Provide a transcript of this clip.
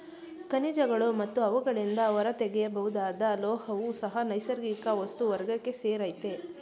ಖನಿಜಗಳು ಮತ್ತು ಅವುಗಳಿಂದ ಹೊರತೆಗೆಯಬಹುದಾದ ಲೋಹವೂ ಸಹ ನೈಸರ್ಗಿಕ ವಸ್ತು ವರ್ಗಕ್ಕೆ ಸೇರಯ್ತೆ